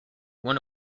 one